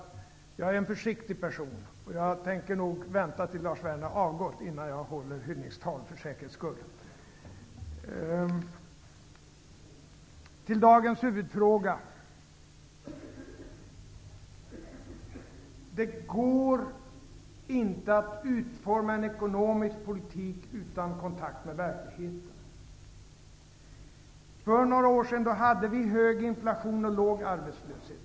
Jag är en försiktig person, och jag tänker nog för säkerhets skull vänta till Lars Werner avgått innan jag håller hyllningstal. Till dagens huvudfråga. Det går inte att utforma en ekonomisk politik utan kontakt med verkligheten. För några år sedan hade vi hög inflation och låg arbetslöshet.